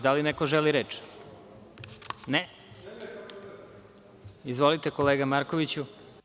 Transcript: Da li neko želi reč? (Da.) Izvolite, kolega Markoviću.